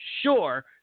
sure